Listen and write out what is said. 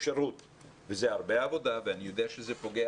זה הרבה עבודה ואני יודע שזה פוגע